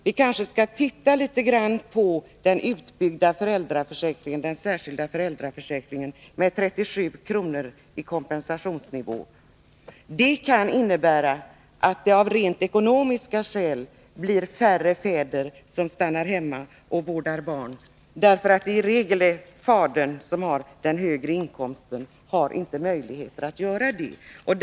Vi kanske skall titta litet på den utbyggda särskilda föräldraförsäkringen med 37 kr., som är kompensationsnivån. Den kan innebära att det av rent ekonomiska skäl blir färre fäder som stannar hemma och vårdar barn. Eftersom det i regel är fadern som har högre inkomst, har han inte möjlighet attstanna hemma.